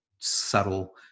subtle